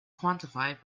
quantified